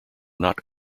not